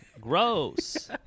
gross